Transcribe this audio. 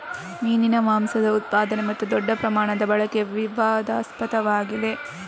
ಮೀನಿನ ಮಾಂಸದ ಉತ್ಪಾದನೆ ಮತ್ತು ದೊಡ್ಡ ಪ್ರಮಾಣದ ಬಳಕೆ ವಿವಾದಾಸ್ಪದವಾಗಿದೆ